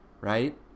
right